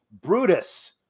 brutus